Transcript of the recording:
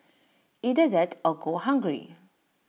either that or go hungry